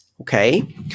Okay